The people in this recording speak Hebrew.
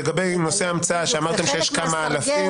לגבי נושא ההמצאה, שאמרתם שיש כמה אלפים.